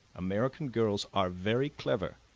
american girls are very clever,